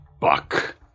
Buck